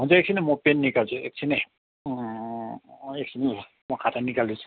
हुन्छ म पेन निकाल्छु एकछिन है एकछिन ल म खाता निकाल्दैछु